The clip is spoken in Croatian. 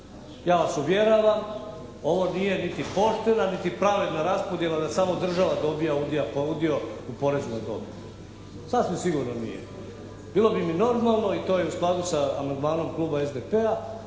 Ja vas uvjeravam ovo nije niti poštena niti pravedna raspodjela da samo država dobija udio u porezu na dobit. Sasvim sigurno nije. Bilo bi mi normalno i to je u skladu sa amandmanom Kluba SDP-a